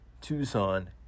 Tucson